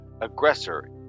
Aggressor